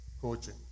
coaching